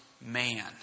man